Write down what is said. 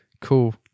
cool